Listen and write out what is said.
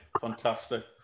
Fantastic